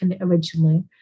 originally